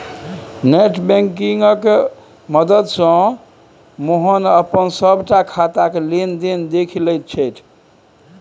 net बैंकिंगक मददिसँ मोहन अपन सभटा खाताक लेन देन देखि लैत छथि